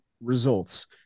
results